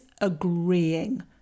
agreeing